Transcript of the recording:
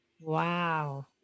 Wow